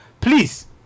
Please